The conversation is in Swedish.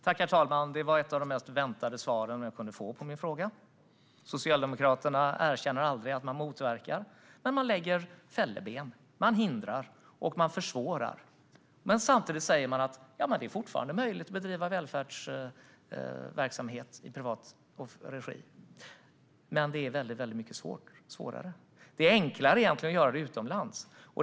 Herr talman! Det var ett av de mest väntade svaren jag kunde få på min fråga. Socialdemokraterna erkänner aldrig att man motverkar, men man lägger fälleben, man hindrar och man försvårar. Samtidigt säger man att det fortfarande är möjligt att bedriva välfärdsverksamhet i privat regi. Men det är väldigt mycket svårare. Det är egentligen enklare att göra det utomlands.